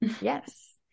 yes